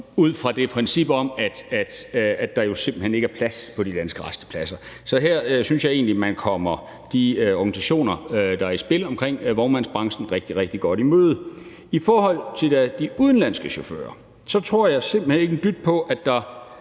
ud fra det udgangspunkt, at der er jo simpelt hen ikke er plads på de danske rastepladser. Så her synes jeg egentlig, at man kommer de organisationer, der er i spil omkring vognmandsbranchen, rigtig, rigtig godt i møde. I forhold til de udenlandske chauffører tror jeg simpelt hen ikke en dyt på, at der